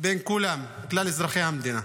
בין כולם, כלל אזרחי המדינה.